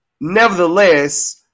nevertheless